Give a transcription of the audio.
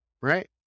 right